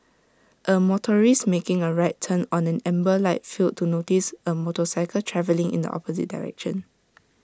A motorist making A right turn on an amber light failed to notice A motorcycle travelling in the opposite direction